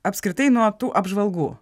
apskritai nuo tų apžvalgų